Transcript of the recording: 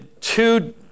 two